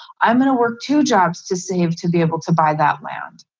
i'm going to work two jobs to save to be able to buy that land.